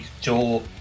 Joe